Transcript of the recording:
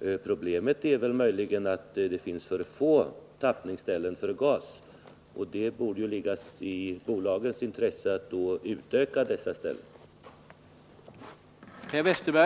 för gas. Problemet är väl möjligen att det finns för få sådana, och det borde ju då ligga i bolagens intresse att utöka antalet tappningsställen.